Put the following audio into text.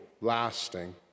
lasting